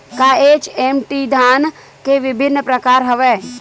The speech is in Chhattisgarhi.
का एच.एम.टी धान के विभिन्र प्रकार हवय?